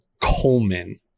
Coleman